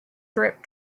drip